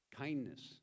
Kindness